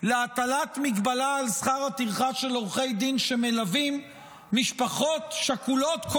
להטלת מגבלה על שכר הטרחה של עורכי דין שמלווים משפחות שכולות,